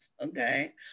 okay